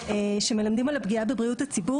שמלמדים על הפגיעה בבריאות הציבור,